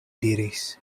diris